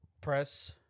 press